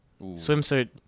Swimsuit